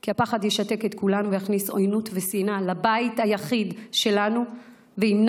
כי הפחד ישתק את כולנו ויכניס עוינות ושנאה לבית היחיד שלנו וימנע